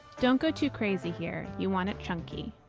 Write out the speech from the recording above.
don't go too crazy here you want it chunky.